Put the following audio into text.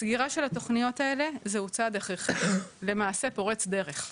סגירה של התוכניות האלה זהו צעד הכרחי ולמעשה פורץ דרך,